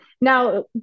now